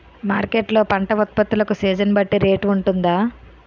Market లొ పంట ఉత్పత్తి లకు సీజన్ బట్టి రేట్ వుంటుందా?